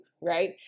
right